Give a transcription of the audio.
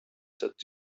that